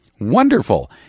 Wonderful